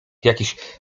jakiś